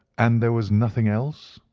and there was nothing else?